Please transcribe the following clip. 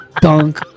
dunk